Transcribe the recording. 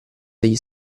degli